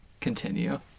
continue